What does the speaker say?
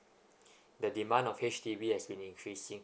the demand of H_D_B as in increasing